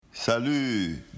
Salut